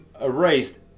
erased